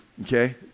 okay